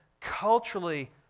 culturally